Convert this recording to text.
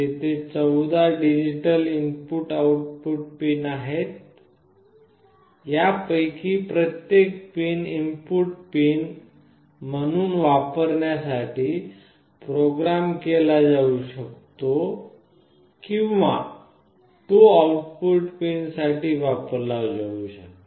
तेथे 14 digital input output pin आहेत यापैकी प्रत्येक पिन इनपुट पिन म्हणून वापरण्यासाठी प्रोग्राम केला जाऊ शकते किंवा तो आउटपुट पिन साठी वापरला जाऊ शकते